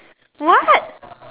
what